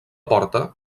porta